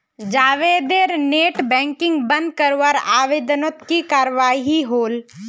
जावेदेर net banking बंद करवार आवेदनोत की कार्यवाही होल?